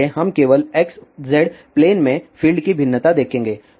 इसलिए हम केवल xz प्लेन में फील्ड की भिन्नता देखेंगे